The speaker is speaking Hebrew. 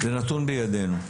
זה נתון בידנו.